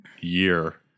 year